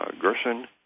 Gerson